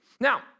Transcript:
Now